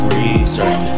research